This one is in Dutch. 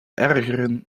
ergeren